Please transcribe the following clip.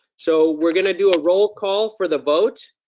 so we're gonna do a roll call for the vote.